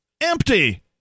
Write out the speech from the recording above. Empty